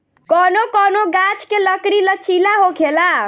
कौनो कौनो गाच्छ के लकड़ी लचीला होखेला